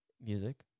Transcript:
Music